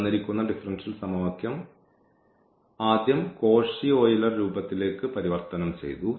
തന്നിരിക്കുന്ന ഡിഫറൻഷ്യൽ സമവാക്യം ആദ്യം കോഷി ഓയിലർ രൂപത്തിലേക്ക് പരിവർത്തനം ചെയ്തു